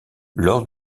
lors